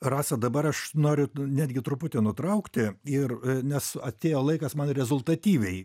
rasa dabar aš noriu netgi truputį nutraukti ir nes atėjo laikas man rezultatyviai